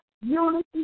unity